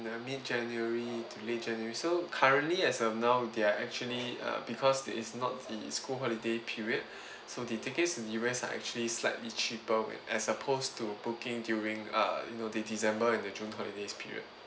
the mid january to late january so currently as of now there are actually err because it's not the school holiday period so the tickets to U_S are actually slightly cheaper as opposed to booking during uh you know the december and the june holidays period